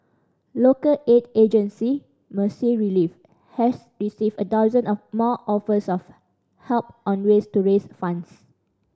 local aid agency Mercy Relief has received a dozen of more offers of help on ways to to raise funds